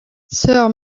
sœur